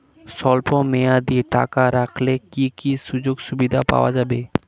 স্বল্পমেয়াদী টাকা রাখলে কি কি সুযোগ সুবিধা পাওয়া যাবে?